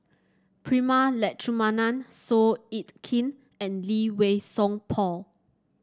Prema Letchumanan Seow Yit Kin and Lee Wei Song Paul